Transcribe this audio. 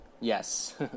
yes